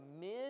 men